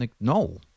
No